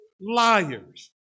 liars